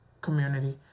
community